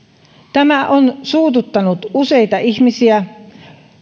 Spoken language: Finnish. tämä on suututtanut useita ihmisiä